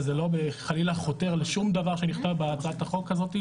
וזה חלילה לא חותר לשום דבר שנכתב בהצעת החוק הזאת.